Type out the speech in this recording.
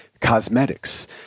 cosmetics